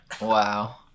Wow